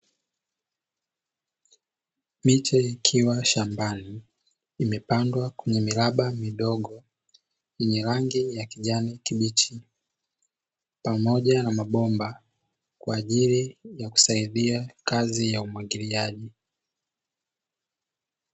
Miche ikiwa shambani imepandwa kwenye miraba midogo yenye rangi ya kijani kibichi, pamoja na mabomba kwa ajili ya kusaidia kazi ya umwagiliaji.